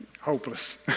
hopeless